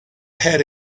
had